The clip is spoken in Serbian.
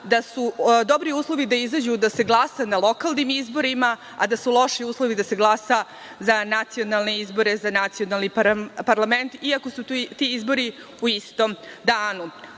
da su dobri uslovi da izađu da se glasa na lokalnim izborima, a da su loši uslovi da se glasa za nacionalne izbore, za nacionalni parlament, i ako su ti izbori u istom